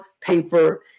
paper